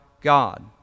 God